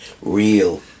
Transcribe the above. real